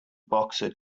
boxer